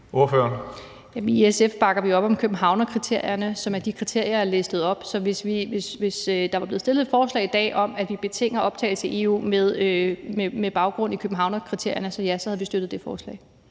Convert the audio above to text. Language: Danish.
Bigum (SF): I SF bakker vi op om Københavnskriterierne, som er de kriterier, jeg listede op. Så hvis der i dag var blevet fremsat et forslag om, at vi betinger optagelse i EU med baggrund i Københavnskriterierne, ja, så havde vi støttet det forslag.